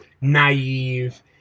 naive